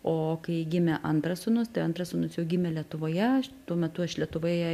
o kai gimė antras sūnus antras sūnus jau gimė lietuvoje aš tuo metu aš lietuvoje